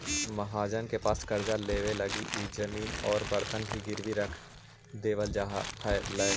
महाजन के पास कर्जा लेवे लगी इ जमीन औउर बर्तन भी गिरवी रख देवल जा हलई